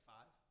Five